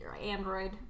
android